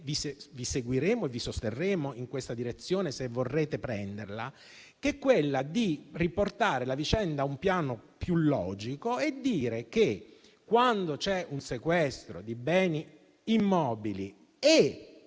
Vi seguiremo e vi sosterremo nella direzione, se vorrete prenderla, di riportare la vicenda su un piano più logico e dire che, quando c'è un sequestro di beni immobili e